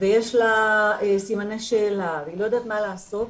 ויש לה סימני שאלה והיא לא יודעת מה לעשות,